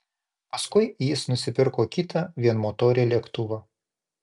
paskui jis nusipirko kitą vienmotorį lėktuvą